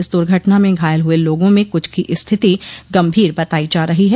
इस दुर्घटना में घायल हुए लोगों में कुछ की स्थिति गंभीर बतायी जा रही है